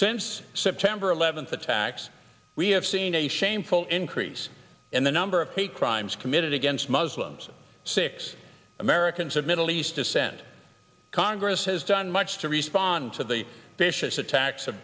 since september eleventh attacks we have seen a shameful increase in the number of hate crimes committed against muslims six americans of middle east descent congress has done much to respond to the vicious attacks